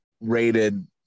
rated